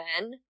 men